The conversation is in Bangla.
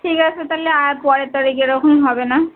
ঠিক আছে তালে আর পরেরটা থেকে এরকম হবে না